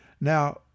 Now